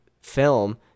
film